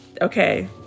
Okay